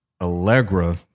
Allegra